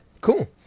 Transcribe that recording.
cool